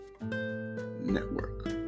Network